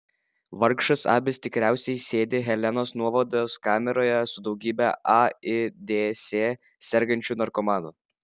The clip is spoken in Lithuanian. vargšas abis tikriausiai sėdi helenos nuovados kameroje su daugybe aids sergančių narkomanų